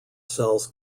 cells